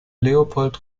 leopold